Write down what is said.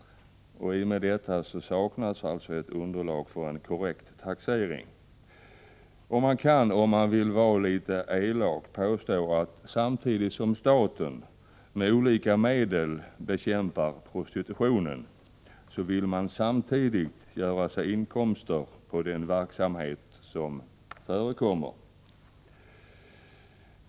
Därmed saknas underlag för en korrekt taxering. Om man vill vara litet elak kan man påstå att samtidigt som staten med olika medel bekämpar prostitutionen vill den göra sig inkomster på den verksamhet som förekommer.